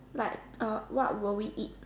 like uh what will we eat